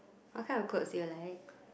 what kind of clothes you like